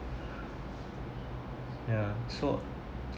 yeah so